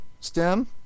stem